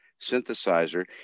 synthesizer